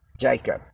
Jacob